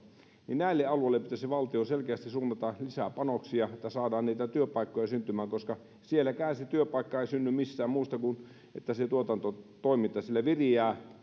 näille alueille pitäisi valtion selkeästi suunnata lisää panoksia että saadaan niitä työpaikkoja syntymään koska sielläkään se työpaikka ei synny mistään muusta kuin siitä että se tuotantotoiminta siellä viriää